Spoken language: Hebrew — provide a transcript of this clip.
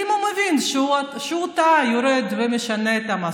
ואם הוא מבין שהוא טעה, הוא יורד ומשנה את המסלול.